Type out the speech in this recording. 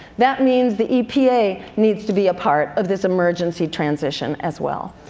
that means the epa needs to be part of this emergency transition as well.